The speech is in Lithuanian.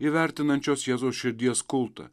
įvertinančios jėzaus širdies kultą